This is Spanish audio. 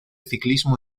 ciclismo